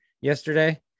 yesterday